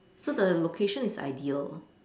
so the location is ideal